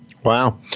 Wow